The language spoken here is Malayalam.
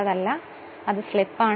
അതിനാൽ അതു സ്ലിപ്പാണ്